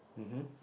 mmhmm